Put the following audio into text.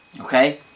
okay